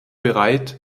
bereit